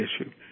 issue